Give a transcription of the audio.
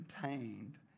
contained